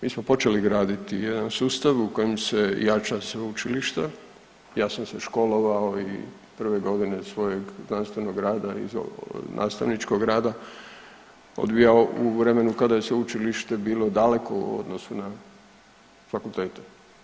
Mi smo počeli graditi jedan sustav u kojem se jača sveučilište, ja sam se školovao i prve godine svojeg znanstvenog rada i nastavničkog rada odvijao u vremenu kada je sveučilište bilo daleko u odnosu na fakultete.